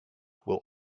will